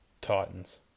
Titans